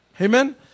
Amen